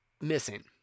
missing